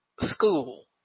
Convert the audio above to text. school